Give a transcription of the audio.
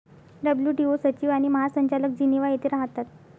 WTO सचिव आणि महासंचालक जिनिव्हा येथे राहतात